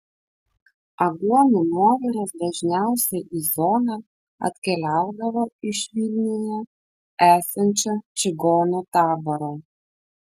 aguonų nuoviras dažniausiai į zoną atkeliaudavo iš vilniuje esančio čigonų taboro